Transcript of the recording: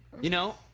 you know